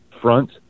front